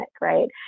right